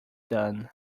done